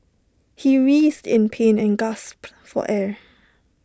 he writhed in pain and gasped for air